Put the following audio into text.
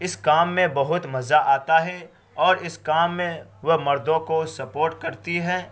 اس کام میں بہت مزہ آتا ہے اور اس کام میں وہ مردوں کو سپورٹ کرتی ہیں